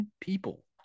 people